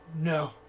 No